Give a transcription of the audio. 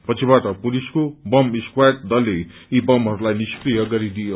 पछिबाट पुलिसको bomb squad दलले यी बमहरूलाई निष्क्रिय गरिदियो